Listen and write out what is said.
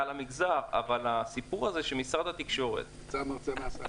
המגזר אבל הסיפור הזה שמשרד התקשורת -- יצא המרצע מן השק.